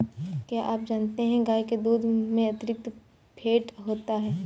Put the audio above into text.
क्या आप जानते है गाय के दूध में अतिरिक्त फैट होता है